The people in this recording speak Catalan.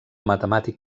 matemàtic